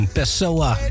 Pessoa